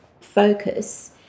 focus